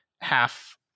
half